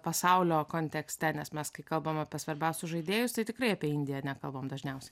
pasaulio kontekste nes mes kai kalbam apie svarbiausius žaidėjus tai tikrai apie indiją nekalbam dažniausiai